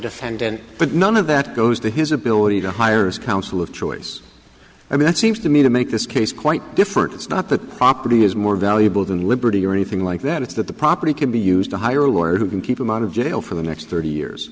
defendant but none of that goes to his ability to hire counsel of choice i mean it seems to me to make this case quite different it's not that property is more valuable than liberty or anything like that it's that the property can be used to hire a lawyer who can keep him out of jail for the next thirty years